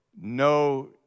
No